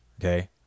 okay